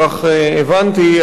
כך הבנתי,